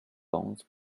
bones